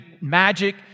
magic